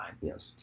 Yes